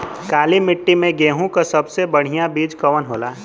काली मिट्टी में गेहूँक सबसे बढ़िया बीज कवन होला?